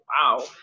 wow